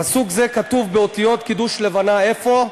פסוק זה כתוב באותיות קידוש לבנה, איפה?